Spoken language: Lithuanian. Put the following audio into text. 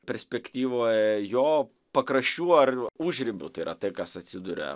perspektyvoje jo pakraščių ar užribių tai yra tai kas atsiduria